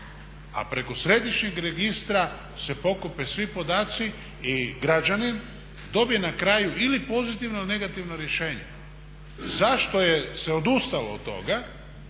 a preko središnjeg registra se pokupe svi podaci i građanin dobije na kraju ili pozitivno ili negativno rješenje. Zašto se odustalo od toga?